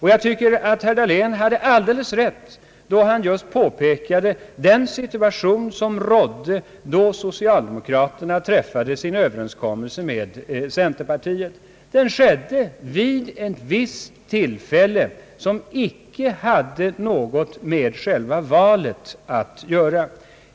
Herr Dahlén hade alldeles rätt när han påpekade den situation som rådde då socialdemokraterna träffade sin överenskommelse med centerpartiet. Det skedde vid ett visst tillfälle, som inte hade något med själva valet att göra.